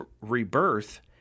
rebirth